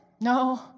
No